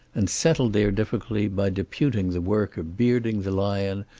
and settled their difficulty by deputing the work of bearding the lion,